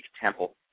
temple